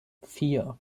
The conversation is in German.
vier